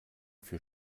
für